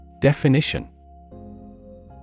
Definition